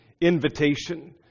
invitation